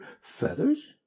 feathers